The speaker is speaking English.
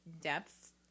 depth